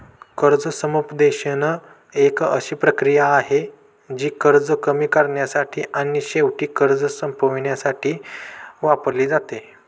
कर्ज समुपदेशन एक अशी प्रक्रिया आहे, जी कर्ज कमी करण्यासाठी आणि शेवटी कर्ज संपवण्यासाठी वापरली जाते